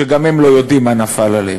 שגם הם לא יודעים מה נפל עליהם.